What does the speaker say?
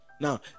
Now